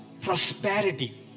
prosperity